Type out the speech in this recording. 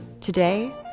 Today